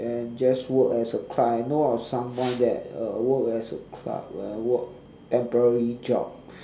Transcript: then just work as a client I know of someone there uh work as a clerk uh work temporary job